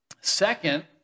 Second